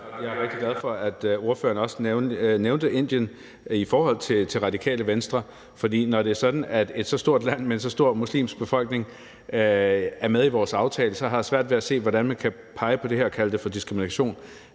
Jeg er rigtig glad for, at ordføreren også nævnte Indien i forhold til Radikale Venstre, for når det er sådan, at et så stort land med en så stor muslimsk befolkning er med i vores aftale, har jeg svært ved at se, hvordan man kan pege på det her og kalde det for diskrimination.